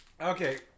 Okay